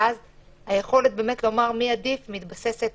ואז היכולת באמת לומר מה עדיף מתבססת